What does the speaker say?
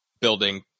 building